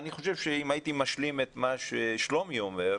אם הייתי משלים את מה ששלומי אומר,